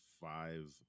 five